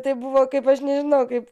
tai buvo kaip aš nežinau kaip